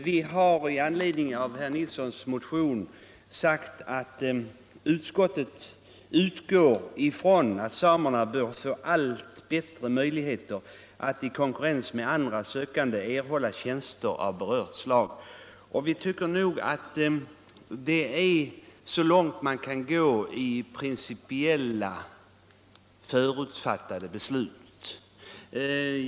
Vi har i anledning av herr Nilssons motion sagt: ”Utskottet utgår emellertid från att samerna bör få allt bättre möjligheter att i konkurrens med andra söka erhålla tjänster av nu berört slag.” Vi tycker att det är så långt man kan gå när det gäller principiella förutsatta beslut.